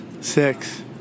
Six